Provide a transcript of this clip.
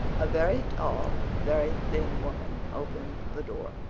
a very tall, very thin woman opened the door.